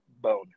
bone